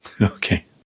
Okay